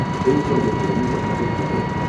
duisburge gyvenu ketvirtus metus